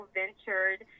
ventured